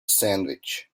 sandwich